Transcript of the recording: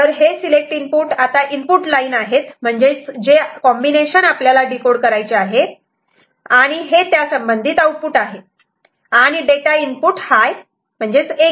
तर हे select input आता इनपुट लाईन आहेत म्हणजेच जे कॉम्बिनेशन आपल्याला डीकोड करायचे आहे आणि हे त्यासंबंधित आउटपुट आहे आणि डेटा इनपुट हाय असे ल